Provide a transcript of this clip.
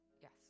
Yes